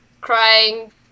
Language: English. crying